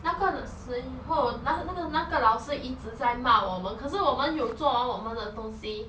那个时候那个那个老师一直在骂我们可是我们有做完我们的东西